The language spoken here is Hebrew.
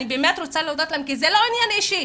ואני באמת רוצה להודות להם כי זה לא עניין אישי,